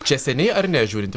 čia seniai ar ne žiūrint